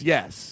Yes